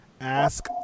ask